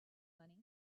money